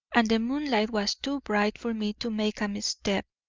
and the moonlight was too bright for me to make a misstep.